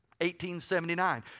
1879